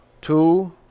two